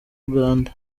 uganda